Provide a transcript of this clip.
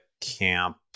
camp